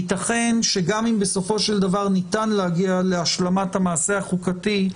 ייתכן שגם אם בסופו של דבר ניתן להגיע להשלמת המעשה החוקתי,